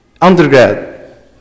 Undergrad